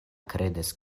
kredas